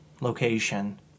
location